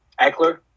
Eckler